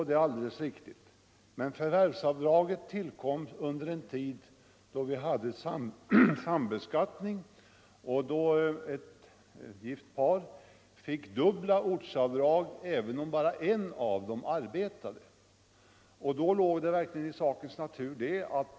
Det är alldeles riktigt, men förvärvsavdraget tillkom under en tid då vi hade sambeskattning och då ett gift par fick dubbla ortsavdrag, även om bara en av makarna arbetade.